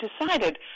decided